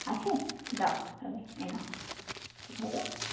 আছে দাও তাহলে এ নাও ধরো